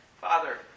Father